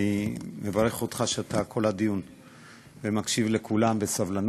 אני מברך אותך על כך שבמשך כל הדיון אתה מקשיב לכולם בסבלנות,